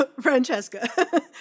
Francesca